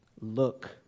Look